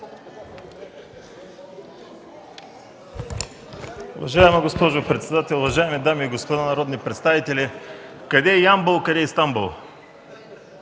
Уважаема госпожо председател, уважаеми дами и господа народни представители! Къде е Ямбол – къде е Стамбул?